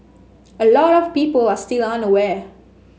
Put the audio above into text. a lot of people are still unaware